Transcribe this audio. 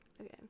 Okay